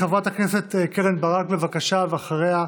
חברת הכנסת קרן ברק, בבקשה, ואחריה,